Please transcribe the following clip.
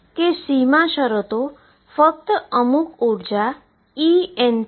તેથી હું હમણાં જ આ દુર કરુ છું અને હું લખી શકું છું કે x એ Ae mω2ℏx2